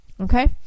Okay